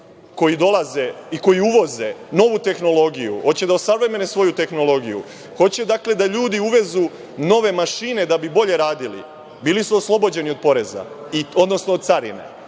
koji dolaze i koji uvoze novu tehnologiju, hoće da osavremene svoju tehnologiju, hoće dakle da ljudi uvezu nove mašine da bi bolje radili, bili su oslobođeni od poreza, odnosno od carine,